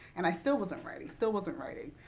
and i still wasn't writing, still wasn't writing.